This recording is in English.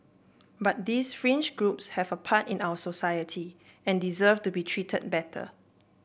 but these fringe groups have a part in our society and deserve to be treated better